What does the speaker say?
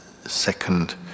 second